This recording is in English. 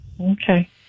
Okay